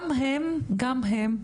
אבל תשמעי, גם הם,